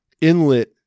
inlet